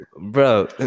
Bro